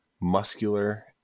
muscular